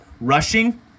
Rushing